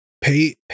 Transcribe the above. pay